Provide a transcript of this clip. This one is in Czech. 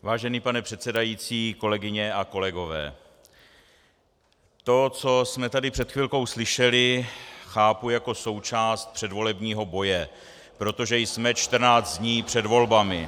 Vážený pane předsedající, kolegyně a kolegové, to, co jsme tady před chvilkou slyšeli, chápu jako součást předvolebního boje , protože jsme 14 dní před volbami.